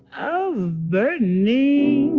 of burning